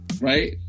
right